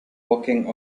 walking